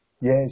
yes